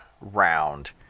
round